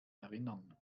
erinnern